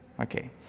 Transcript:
okay